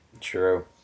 True